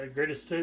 Greatest